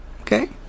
Okay